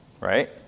right